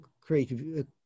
create